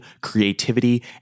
creativity